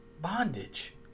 bondage